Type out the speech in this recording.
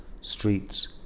streets